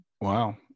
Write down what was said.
Wow